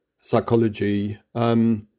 Psychology